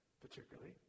particularly